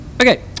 Okay